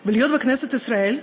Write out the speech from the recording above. ולהיות בכנסת ישראל,